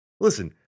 listen